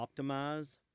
optimize